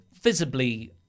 visibly